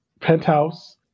penthouse